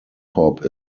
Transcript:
hop